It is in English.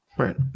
Right